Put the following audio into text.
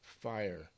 fire